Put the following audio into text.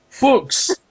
books